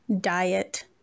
diet